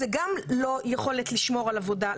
זה גם לא יכולת לשמור על עבודה.